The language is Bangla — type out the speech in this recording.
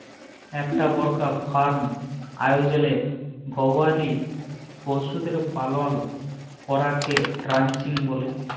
ইকটা বড়কা ফার্ম আয়জলে গবাদি পশুদের পালল ক্যরাকে রানচিং ব্যলে